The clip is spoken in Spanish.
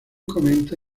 comenta